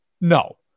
No